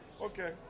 Okay